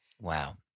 Wow